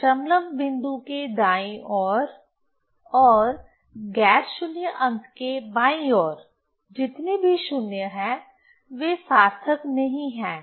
दशमलव बिंदु के दाईं ओर और गैर शून्य अंक के बाईं ओर जितने भी शून्य हैं वे सार्थक नहीं हैं